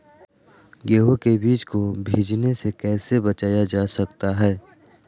गेंहू के बीज को बिझने से कैसे बचाया जा सकता है?